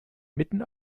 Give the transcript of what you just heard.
mitten